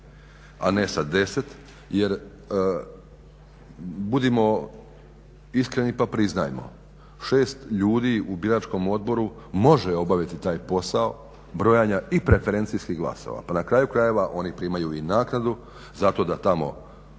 a ne sa deset. Jer budimo iskreni pa priznajmo 6 ljudi u biračkom odboru može obaviti taj posao brojanja i preferencijskih glasova. Pa na kraju krajeva oni primaju i naknadu zato da tamo